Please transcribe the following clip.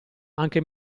anche